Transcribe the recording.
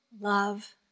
love